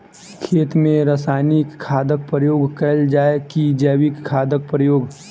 खेत मे रासायनिक खादक प्रयोग कैल जाय की जैविक खादक प्रयोग?